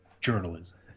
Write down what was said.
journalism